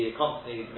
constantly